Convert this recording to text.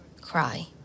cry